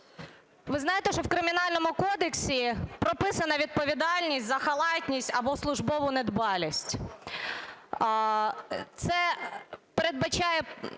Ви знаєте, що в Кримінальному кодексі прописана відповідальність за халатність або службову недбалість – це передбачає